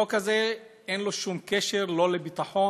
החוק הזה, אין לו שום קשר לא לביטחון